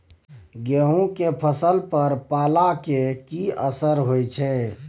गेहूं के फसल पर पाला के की असर होयत छै?